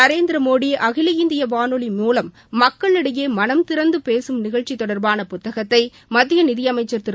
நரேந்திரமோடி அகில இந்திய வானொலி மூலம் மக்களிடையே மனம் திறந்து பேசும் நிகழ்ச்சி தொடா்பான புத்தகத்தை மத்திய நிதியமைச்சா் திரு